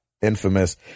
Infamous